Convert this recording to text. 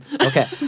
Okay